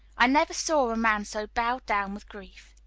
i never saw a man so bowed down with grief.